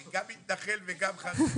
אני גם מתנחל וגם חרדי...